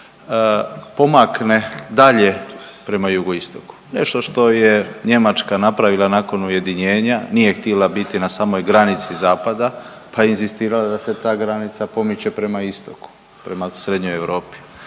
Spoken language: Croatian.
pomakne dalje prema jugoistoku. Nešto što je Njemačka napravila nakon ujedinjenja, nije htjela biti na samoj granici zapada pa je inzistirala da se ta granica pomiče prema istoku, prema srednjoj Europi.